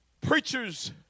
preachers